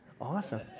Awesome